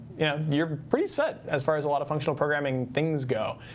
yeah you're pretty set as far as a lot of functional programming things go.